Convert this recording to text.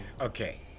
Okay